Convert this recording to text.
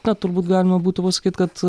na turbūt galima būtų pasakyt kad